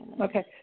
Okay